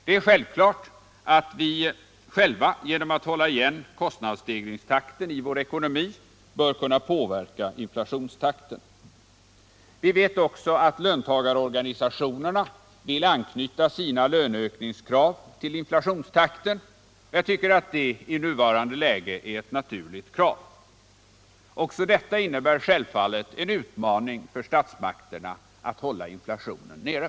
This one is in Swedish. Det är självklart att vi genom att hålla igen kostnadsstegringstakten i vår egen ckonomi bör kunna påverka inflationstakten. Vi vet också att löntagarorganisationerna vill anknyta sina löneökningskrav till inflationstakten, och jag tycker att det i nuvarande läge är ett naturligt krav. Också detta innebär självfallet en utmaning för statsmakterna att hålla inflationstakten nere.